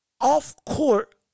off-court